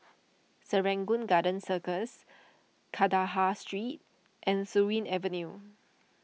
Serangoon Garden Circus Kandahar Street and Surin Avenue